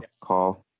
call